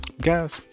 Guys